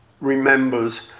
remembers